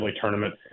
tournament